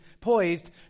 poised